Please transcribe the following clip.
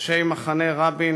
אנשי מחנה רבין